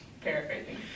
Paraphrasing